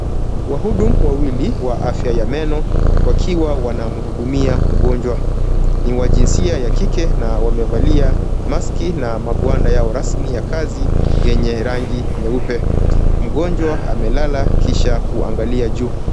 Wahudumu wawili wa afya ya meno, wakiwa wanamhudumia mgonjwa, ni wa jinsia ya kike na wamewalia maski na magwanda yao rasmi ya kazi yenye rangi nyeupe. Mgonjwa amelala kisha kuangalia juu.